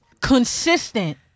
consistent